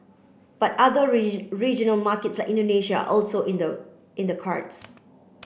but other regional markets like Indonesia also in the in the cards